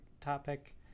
topic